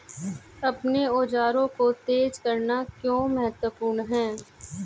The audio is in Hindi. अपने औजारों को तेज करना क्यों महत्वपूर्ण है?